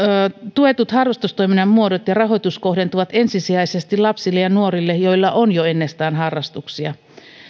tuetut harrastustoiminnan muodot ja rahoitus kohdentuvat ensisijaisesti lapsille ja nuorille joilla on jo ennestään harrastuksia